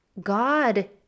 god